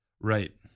Right